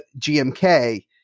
GMK